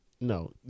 no